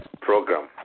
program